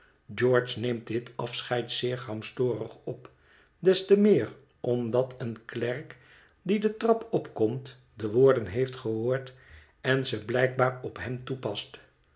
george neemt dit afscheid zeer gramstorig op des te meer omdat een klerk die de trap opkomt de woorden heeft gehoord en ze blijkbaar op hem toepast